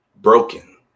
Broken